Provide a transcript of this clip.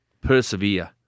persevere